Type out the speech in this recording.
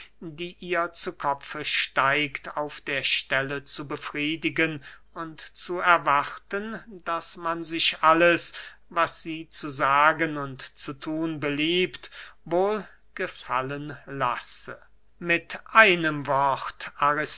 die ihr zu kopfe steigt auf der stelle zu befriedigen und zu erwarten daß man sich alles was sie zu sagen und zu thun beliebt wohl gefallen lasse mit einem wort